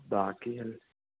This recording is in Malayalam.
ബാക്കി